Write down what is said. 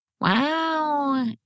Wow